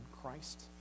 Christ